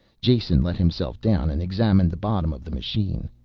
jason let himself down and examined the bottom of the machine.